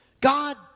God